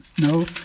No